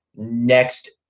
next